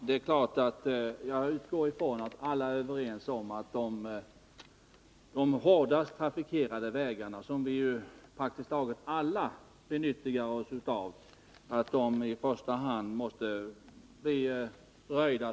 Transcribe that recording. Herr talman! Jag utgår ifrån att alla är överens om attdet i första hand är de hårdast trafikerade vägarna, som vi praktiskt tagit alla benyttjar oss av, som måste bli röjda.